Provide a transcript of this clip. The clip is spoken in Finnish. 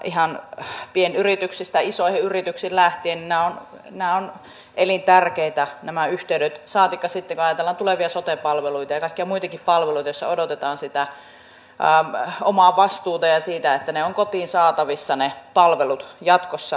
ihan pienyrityksistä lähtien isoihin yrityksiin asti nämä yhteydet ovat elintärkeitä saatikka sitten kun ajatellaan tulevia sote palveluita ja kaikkia muitakin palveluita joissa odotetaan sitä omaa vastuuta ja sitä että ne palvelut ovat jatkossa kotiin saatavissa